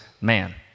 man